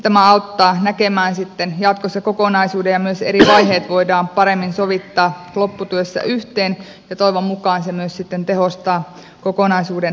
tämä auttaa näkemään sitten jatkossa kokonaisuuden ja myös eri vaiheet voidaan paremmin sovittaa lopputyössä yhteen ja toivon mukaan se myös sitten tehostaa kokonaisuuden toteutusta